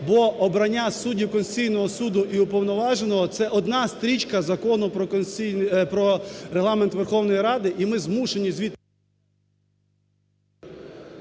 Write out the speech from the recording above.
бо обрання суддів Конституційного Суду і уповноваженого – це одна стрічка Закону про Регламент Верховної Ради, і ми змушені звідти…